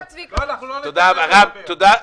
תודה רבה.